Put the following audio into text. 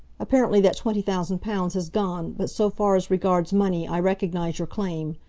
apparently that twenty thousand pounds has gone, but so far as regards money i recognise your claim.